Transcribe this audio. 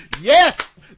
Yes